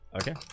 Okay